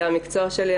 זה המקצוע שלי,